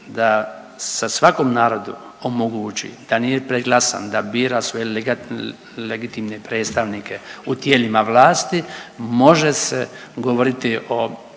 da se svakom narodu omogući da nije preglasan, da bira svoje legitimne predstavnike u tijelima vlasti može se govoriti o